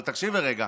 אבל תקשיבי רגע.